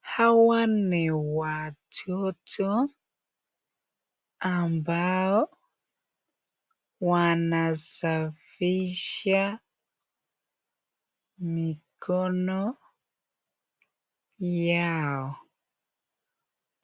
Hawa ni watoto ambao wanasafisha mikono yao,